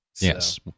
Yes